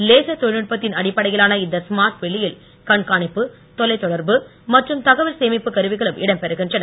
laser தொழில்நுட்பத்தின் அடிப்படையிலான இந்த ஸ்மார்ட் வேலியில் கண்காணிப்பு தொலைதொடர்பு மற்றும் தகவல் சேமிப்பு கருவிகளும் இடம் பெறுகின்றன